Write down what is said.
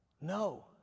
No